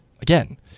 again